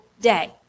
day